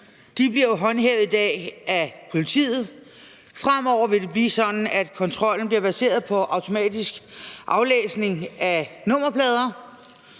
jo i dag håndhævet af politiet. Fremover vil det blive sådan, at kontrollen bliver baseret på automatisk aflæsning af nummerplader.